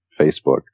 Facebook